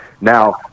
Now